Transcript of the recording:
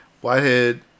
Whitehead